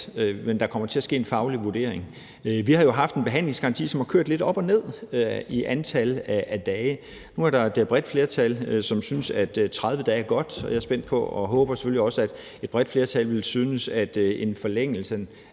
men der kommer til at ske en faglig vurdering. Vi har jo haft en behandlingsgaranti, som har kørt lidt op og ned i antallet af dage. Nu er der et bredt flertal, som synes, at 30 dage er godt, og jeg er spændt på og håber selvfølgelig også, at et bredt flertal vil synes, at en forlængelse